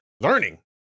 learning